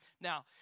Now